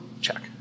check